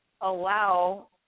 allow